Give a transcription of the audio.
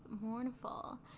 mournful